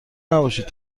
نباشید